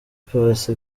paccy